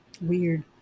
weird